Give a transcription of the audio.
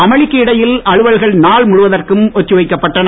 அமளிக்கு இடையில் அலுவல்கள் நாள் முழுவதற்கும் ஒத்தி வைக்கப்பட்டன